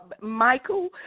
Michael